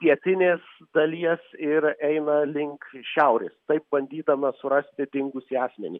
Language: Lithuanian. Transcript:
pietinės dalies ir eina link šiaurės taip bandydamas surasti dingusį asmenį